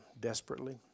desperately